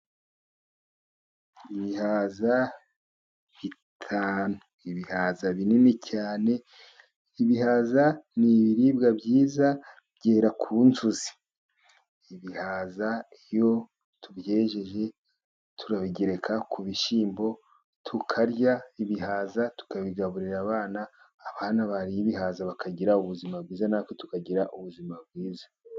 Ibihaza bitanu, ibihaza binini cyane. Ibihaza ni ibiribwa byiza byera ku nzuzi. Ibihaza iyo tubyejeje turabigereka ku bishyimbo tukarya, ibihaza tukabigaburira abana. Abana bariye ibihaza bakagira ubuzima bwiza, na twe tukagira ubuzima bwiza.